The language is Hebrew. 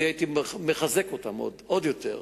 אני הייתי מחזק אותם עוד יותר,